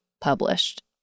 published